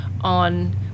on